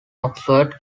oxford